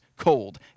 Cold